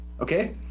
okay